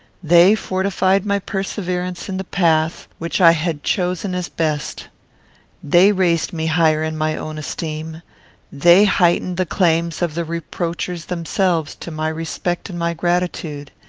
they fortified my perseverance in the path which i had chosen as best they raised me higher in my own esteem they heightened the claims of the reproachers themselves to my respect and my gratitude.